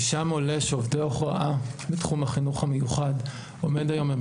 משם עולה שעובדי הוראה בתחום החינוך המיוחד עומד היום על